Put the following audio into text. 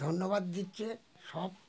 ধন্যবাদ দিচ্ছে সব